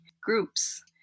groups